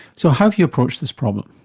so how have you approached this problem?